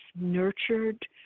nurtured